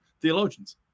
theologians